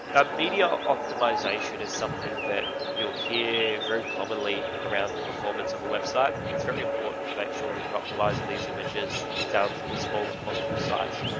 a media optimization is something that you'll hear very commonly around performance of a website. it's very important to make sure that you're optimizing these images to the smallest possible size.